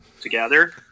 together